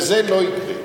וזה לא יקרה.